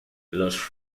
los